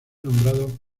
nombrado